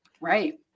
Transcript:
Right